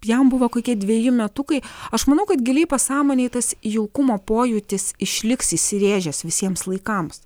jam buvo kokie dveji metukai aš manau kad giliai pasąmonėj tas jaukumo pojūtis išliks įsirėžęs visiems laikams